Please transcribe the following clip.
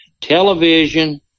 Television